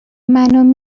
منو